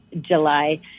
July